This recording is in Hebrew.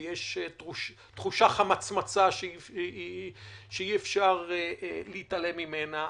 ויש תחושה חמצמצה שאי אפשר להתעלם ממנה,